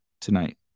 tonight